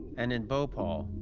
and in bhopal,